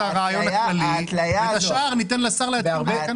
הרעיון הכללי ואת השאר ניתן לשר להתקין בתקנות.